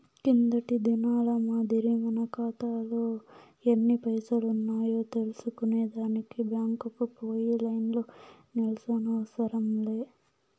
కిందటి దినాల మాదిరి మన కాతాలో ఎన్ని పైసలున్నాయో తెల్సుకునే దానికి బ్యాంకుకు పోయి లైన్లో నిల్సోనవసరం లే